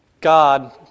God